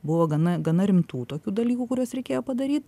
buvo gana gana rimtų tokių dalykų kuriuos reikėjo padaryt